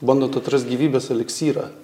bandot atrast gyvybės eliksyrą